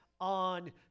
on